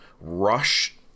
rush